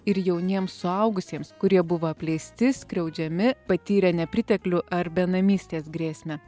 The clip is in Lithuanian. ir jauniems suaugusiems kurie buvo apleisti skriaudžiami patyrė nepriteklių ar benamystės grėsmę